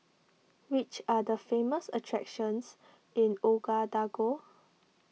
which are the famous attractions in Ouagadougou